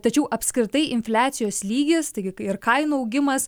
tačiau apskritai infliacijos lygis taigi ir kainų augimas